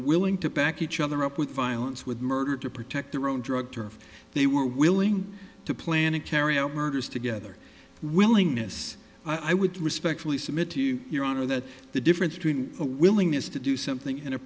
willing to back each other up with violence with murder to protect their own drug turf they were willing to plan and carry out words together willingness i would respectfully submit to your honor that the difference between a willingness to do something and a